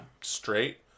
Straight